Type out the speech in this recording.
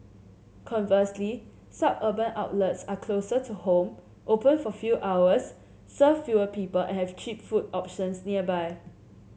conversely suburban outlets are closer to home open for few hours serve fewer people and have cheap food options nearby